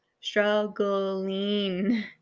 struggling